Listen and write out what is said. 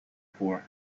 for